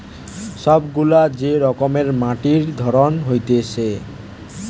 সব গুলা যে রকমের মাটির ধরন হতিছে